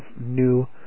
new